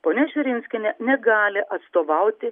ponia širinskienė negali atstovauti